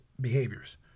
behaviors